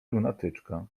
lunatyczka